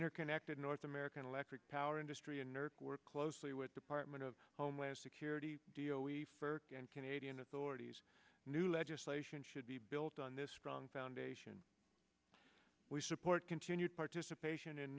interconnected north american electric power industry and nerk worked closely with department of homeland security deo we for canadian authorities new legislation should be built on this strong foundation we support continued participation in